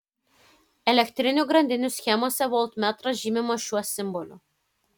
elektrinių grandinių schemose voltmetras žymimas šiuo simboliu